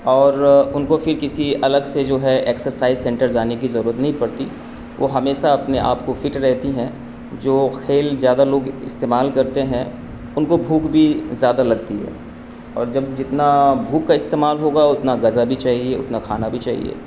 اور ان کو پھر کسی الگ سے جو ہے ایکسرسائز سینٹر جانے کی ضرورت نہیں پڑتی وہ ہمیشہ اپنے آپ کو فٹ رہتی ہیں جو کھیل زیادہ لوگ استعمال کرتے ہیں ان کو بھوک بھی زیادہ لگتی ہے اور جب جتنا بھوک کا استعمال ہوگا اتنا غذا بھی چاہیے اتنا کھانا بھی چاہیے